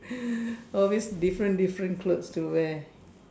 always different different clothes to wear